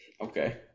Okay